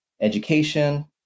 education